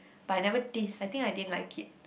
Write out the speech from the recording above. but I never taste I think I didn't like it